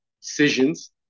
decisions